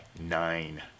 nine